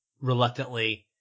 reluctantly